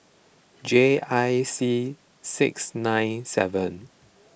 J I C six nine seven